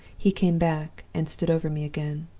he came back, and stood over me again.